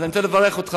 אז אני רוצה לברך אותך,